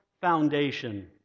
foundation